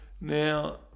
Now